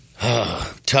Tough